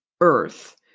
earth